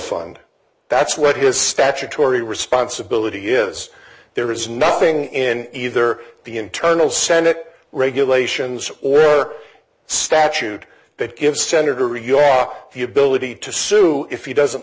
fund that's what is statutory responsibility is there is nothing in either the internal senate regulations or statute that gives senator or you off the ability to sue if he doesn't